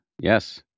yes